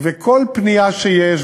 וכל פנייה שיש,